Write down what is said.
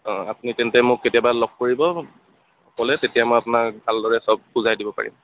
অঁ আপুনি তেন্তে মোক কেতিয়াবা লগ কৰিব ক'লে তেতিয়া মই আপোনাক ভালদৰে চব বুজাই দিব পাৰিম